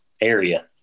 area